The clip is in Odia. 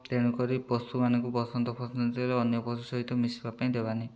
ତେଣୁକରି ପଶୁମାନଙ୍କୁ ବସନ୍ତ ଫସନ୍ତରେ ଅନ୍ୟ ପଶୁ ସହିତ ମିଶିବା ପାଇଁ ଦେବାନି